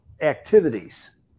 activities